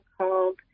called